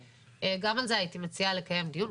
גם על זה הייתי מציעה לקיים דיון.